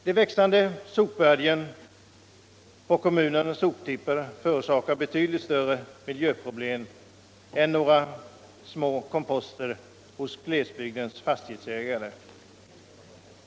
De växande sopbergen på kommunernas soptippar förorsakar betydligt större miljöproblem än några små komposter hos glesbygdens fastighetsägare.